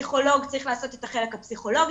פסיכולוג צריך לעשות את החלק הפסיכולוגי